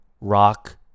rock